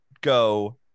go